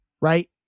right